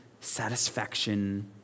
satisfaction